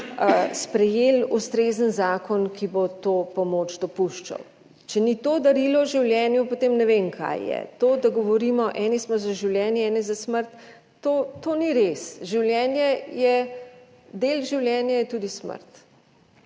sprejeli ustrezen zakon, ki bo to pomoč dopuščal. Če ni to darilo življenju, potem ne vem kaj je. To, da govorimo eni smo za življenje, eni za smrt. To ni res, življenje je, del